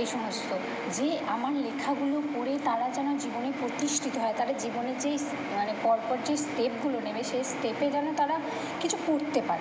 এই সমস্ত যে আমার লেখাগুলো পড়ে তারা যেন জীবনে প্রতিষ্ঠিত হয় তারা জীবনে যেই মানে পর পর যেই স্টেপগুলো নেবে সেই স্টেপে যেন তারা কিছু করতে পারে